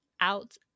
out